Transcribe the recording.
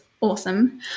awesome